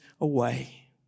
away